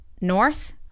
north